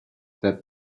that